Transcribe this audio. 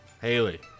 Haley